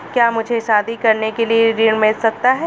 क्या मुझे शादी करने के लिए ऋण मिल सकता है?